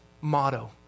motto